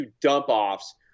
dump-offs